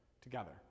together